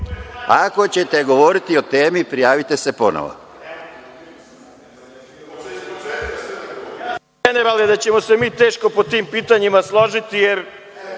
ćete govoriti o temi, prijavite se ponovo.